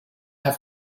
have